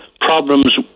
problems